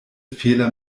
fehler